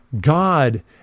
God